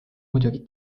muidugi